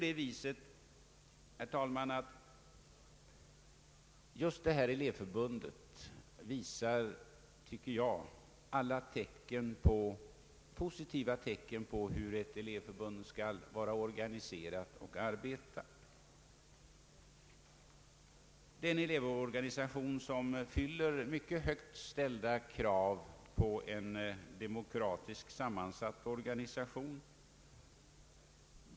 Jag tycker, herr talman, att just Tekniska linjers elevförbund visar alla positiva tecken på hur ett elevförbund skall vara organiserat och hur det bör arbeta. Det är en elevorganisation som fyller mycket högt ställda krav på att vara demokratiskt sammansatt.